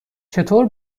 چطور